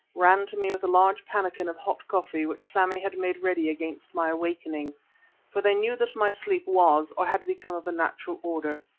ran to me with a large pannikin of hot coffee which sammy had made ready against my awakening for they knew that my sleep was, or had become of a natural order.